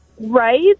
right